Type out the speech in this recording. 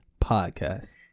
podcast